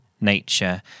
nature